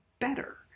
better